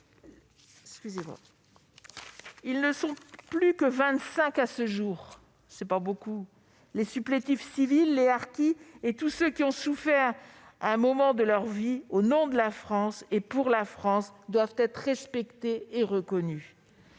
du Nord. Ils ne sont plus que vingt-cinq à ce jour ; c'est bien peu ... Les supplétifs civils, les harkis, et tous ceux qui ont souffert à un moment de leur vie au nom de la France et pour la France doivent être respectés et reconnus.